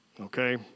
Okay